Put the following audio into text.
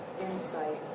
insight